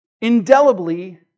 indelibly